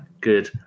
good